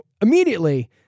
immediately